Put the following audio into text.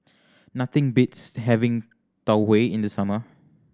nothing beats having Tau Huay in the summer